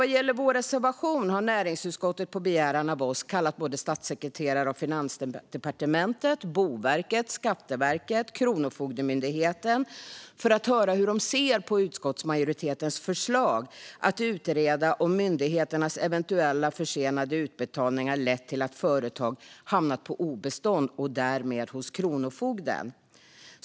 Vad gäller vår reservation har näringsutskottet på begäran av oss kallat statssekreterare på Finansdepartementet, Boverket, Skatteverket och Kronofogdemyndigheten för att höra hur de ser på utskottsmajoritetens förslag att utreda om myndigheternas eventuella försenade utbetalningar lett till att företag hamnat på obestånd och därmed hos kronofogden.